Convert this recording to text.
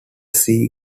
sea